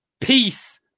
peace